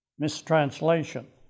mistranslation